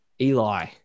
Eli